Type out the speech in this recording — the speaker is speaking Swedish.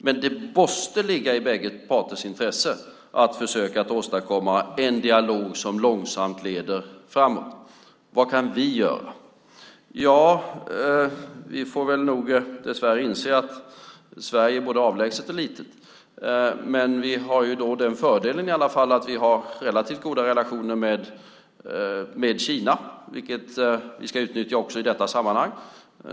Men det måste ligga i bägge parters intresse att försöka åstadkomma en dialog som långsamt leder framåt. Vad kan vi göra? Vi får nog dessvärre inse att Sverige är både avlägset och litet. Men vi har i alla fall den fördelen att vi har relativt goda relationer med Kina, vilket vi ska utnyttja också i detta sammanhang.